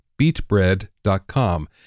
beatbread.com